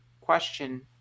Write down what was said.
question